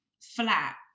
flat